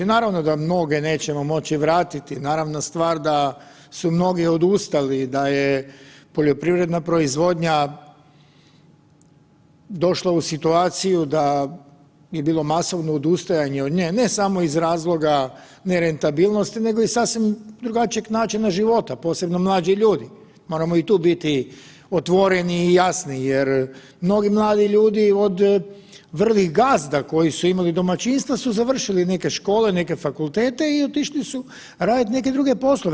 Naravno da mnoge nećemo moći vratiti, naravna stvar da su mnogi odustali da je poljoprivredna proizvodnja došla u situaciju da je bilo masovno odustajanje od nje, ne samo iz razloga nerentabilnosti nego i sasvim drugačijeg načina života, posebno mlađih ljudi, moramo i tu biti otvoreni i jasni jer mnogi mladi ljudi od vrlih gazda koji su imali domaćinstva su završili neke škole, neke fakultete i otišli su raditi neke druge poslove.